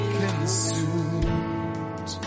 consumed